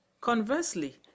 Conversely